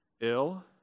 Ill